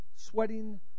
Sweating